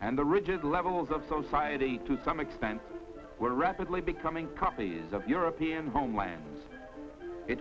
and the rigid levels of society to some extent were rapidly becoming copies of european homeland it